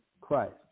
Christ